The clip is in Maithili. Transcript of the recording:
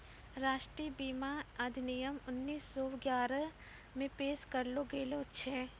राष्ट्रीय बीमा अधिनियम उन्नीस सौ ग्यारहे मे पेश करलो गेलो छलै